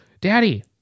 Daddy